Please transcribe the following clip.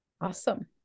Awesome